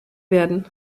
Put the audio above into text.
werden